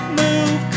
move